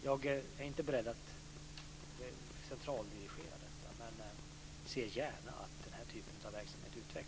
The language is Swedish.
Jag är inte beredd att centraldirigera detta men ser gärna att den här typen av verksamhet utvecklas framöver.